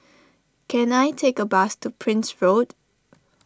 can I take a bus to Prince Road